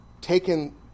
taken